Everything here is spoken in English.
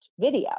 video